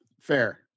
Fair